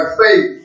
faith